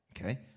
Okay